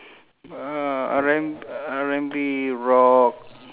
uh R&~ R&B rock